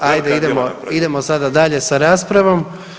Hajde idemo sada dalje sa raspravom.